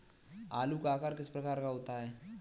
आलू का आकार किस प्रकार का होता है?